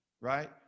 right